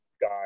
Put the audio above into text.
guy